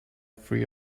free